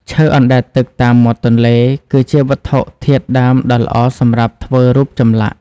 ឈើអណ្តែតទឹកតាមមាត់ទន្លេ គឺជាវត្ថុធាតុដើមដ៏ល្អសម្រាប់ធ្វើរូបចម្លាក់។